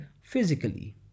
physically